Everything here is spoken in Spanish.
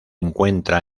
encuentra